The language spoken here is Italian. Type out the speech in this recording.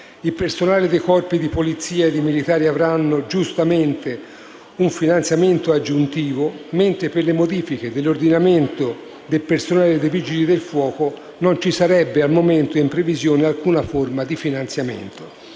Il personale dei corpi di polizia ed i militari avranno giustamente un finanziamento aggiuntivo, mentre per le modifiche dell'ordinamento del personale dei Vigili del fuoco non ci sarebbe, al momento, in previsione alcuna forma di finanziamento.